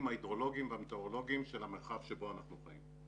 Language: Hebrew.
ההידרולוגיים והמטאורולוגיים של המרחב שבו אנחנו חיים.